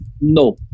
No